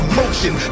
motion